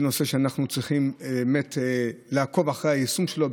אנחנו באמת נצטרך לעקוב אחרי היישום של הנושא הזה,